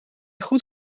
goed